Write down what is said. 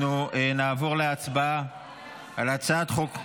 אנחנו נעבור להצבעה על הצעת חוק,